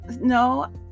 No